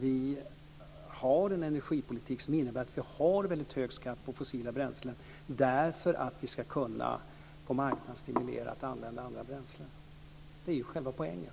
Vi har en energipolitik som innebär att vi har väldigt hög skatt på fossila bränslen därför att vi ska kunna stimulera användning av andra bränslen på marknaden. Det är själva poängen.